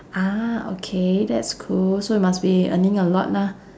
ah okay that's cool so you must be earning a lot lah